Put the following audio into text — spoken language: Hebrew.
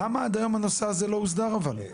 למה עד היום הנושא הזה לא הוסדר, אבל?